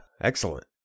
excellent